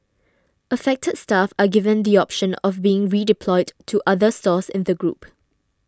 affected staff are given the option of being redeployed to other stores in the group